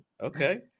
okay